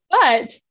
But-